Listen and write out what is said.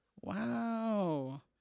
Wow